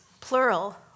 plural